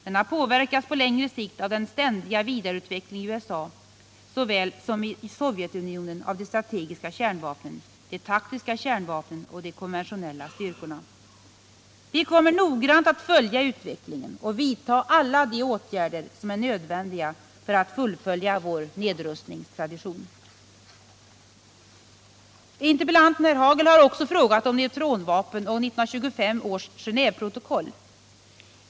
Denna påverkas på längre sikt av den ständiga vidareutvecklingen i såväl USA som Sovjetunionen av de strategiska kärnvapnen, de taktiska kärnvapnen och de konventionella styrkorna. Vi kommer att noggrant följa utvecklingen och vidta alla de åtgärder som är nödvändiga för att fullfölja vår nedrustningstradition. Interpellanten herr Hagel har också frågat om neutronvapen och 1925 års Genéveprotokoll.